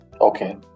Okay